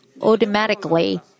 automatically